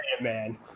man